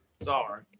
Sorry